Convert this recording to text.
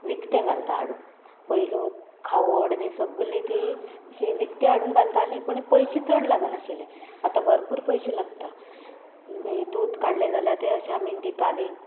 विकतें घालता हाडून पयलू खावड बी सगली ती अशी विकतें हाडून घालताली पूण पयशे चड लागनाशिल्ले आतां भरपूर पयशे लागता मागीर दूद काडलें जाल्यार ते अशे आमी दिताली